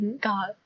God